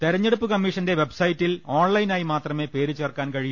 തെരഞ്ഞെടുപ്പ് കമ്മീഷന്റെ വെബ്സൈ റ്റിൽ ഓൺലൈനായി മാത്രമേ പേര് ചേർക്കാൻ കഴിയൂ